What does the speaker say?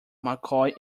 mccoy